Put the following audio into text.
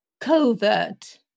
covert